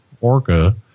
Orca